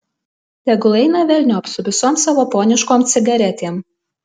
tegul eina velniop su visom savo poniškom cigaretėm